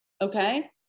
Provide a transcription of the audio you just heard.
okay